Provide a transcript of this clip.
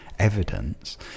Evidence